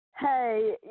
hey